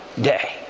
day